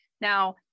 Now